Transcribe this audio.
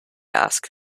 asked